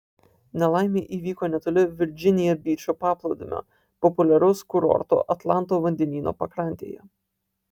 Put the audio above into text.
nelaimė įvyko netoli virdžinija byčo paplūdimio populiaraus kurorto atlanto vandenyno pakrantėje